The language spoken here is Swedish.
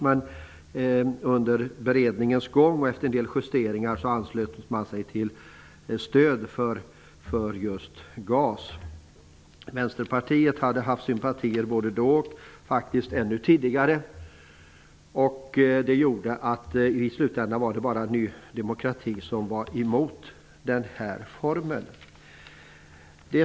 Men under beredningens gång och efter en del justeringar anslöt man sig och gav sitt stöd för just GAS. Vänsterpartiet hade både då och, faktiskt, ännu tidigare haft sympatier i det här sammanhanget. Det gjorde att det i slutändan bara var Ny demokrati som var emot den här formen av stöd.